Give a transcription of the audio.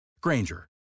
Granger